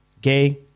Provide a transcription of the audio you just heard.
gay